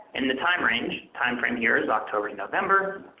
and the time range, time frame here is october to november.